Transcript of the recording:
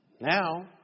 Now